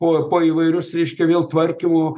po po įvairius reiškia vėl tvarkymo